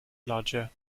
lodger